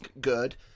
good